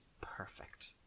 perfect